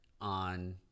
on